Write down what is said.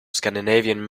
scandinavian